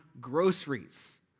groceries